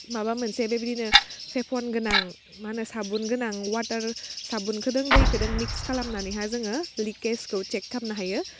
माबा मोनसे बेबायदिनो फेफन गोनां मा होनो साबुन गोनां वाटार साबुनखोदों दैखोदों मिक्स खालामनानैहा जोङो लिग केसखौ चेक खालामनो हायो